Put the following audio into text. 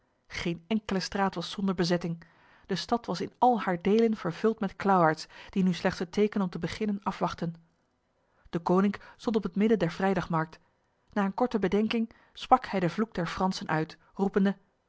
geen enkele straat was zonder bezetting de stad was in al haar delen vervuld met klauwaards die nu slechts het teken om te beginnen afwachtten deconinck stond op het midden der vrijdagmarkt na een korte bedenking sprak hij de vloek der fransen uit roepende